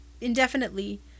indefinitely